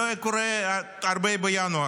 לא היה קורה הרבה בינואר.